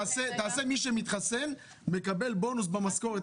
תעשה שמי שמתחסן מקבל בונוס במשכורת.